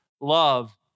love